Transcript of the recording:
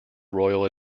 royal